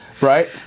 Right